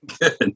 Good